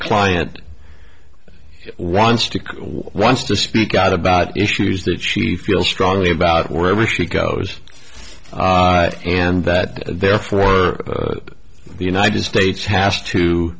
client she wants to wants to speak out about issues that she feels strongly about wherever she goes and that therefore the united states has to